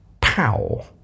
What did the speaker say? Pow